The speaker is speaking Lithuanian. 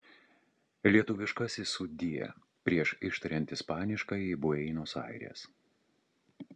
lietuviškasis sudie prieš ištariant ispaniškąjį buenos aires